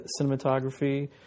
cinematography